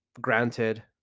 granted